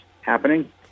happening